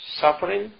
Suffering